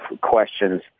questions